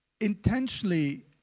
intentionally